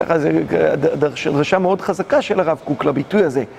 זו דרשה מאוד חזקה של הרב קוק לביטוי הזה.